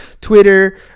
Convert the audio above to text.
twitter